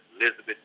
Elizabeth